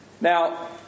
Now